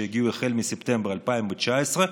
שהגיעו החל מספטמבר 2019,